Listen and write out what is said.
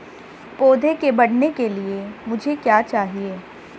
पौधे के बढ़ने के लिए मुझे क्या चाहिए?